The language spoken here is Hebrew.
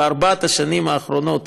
חברת הכנסת